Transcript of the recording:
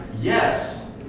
yes